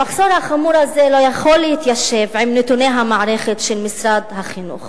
המחסור החמור הזה לא יכול להתיישב עם נתוני המערכת של משרד החינוך.